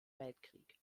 weltkrieg